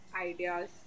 ideas